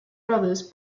brothers